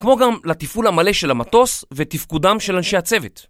כמו גם לתפעול המלא של המטוס ותפקודם של אנשי הצוות.